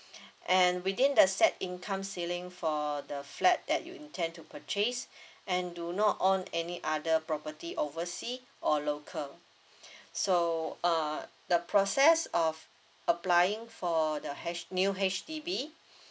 and within the set income ceiling for the flat that you intend to purchase and do not own any other property oversea or local so uh the process of applying for the H~ new H_D_B